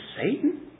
Satan